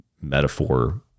metaphor